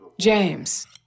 James